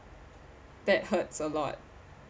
that hurts a lot